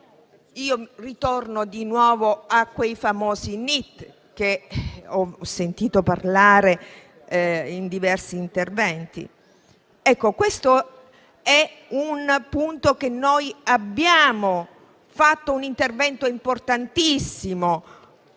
Torno di nuovo a quei famosi NEET, di cui ho sentito parlare in diversi interventi. Questo è un punto su cui abbiamo fatto un intervento importantissimo: